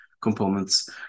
Components